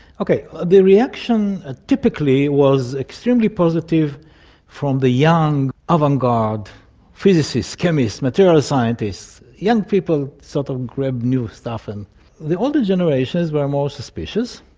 okay, the reaction ah typically was extremely positive from the young avant-garde physicists, chemists, material scientists. young people sort of grab new stuff, and the older generations were more suspicious.